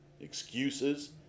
excuses